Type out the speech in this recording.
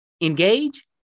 engage